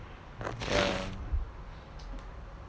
the